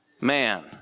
man